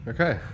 Okay